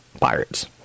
pirates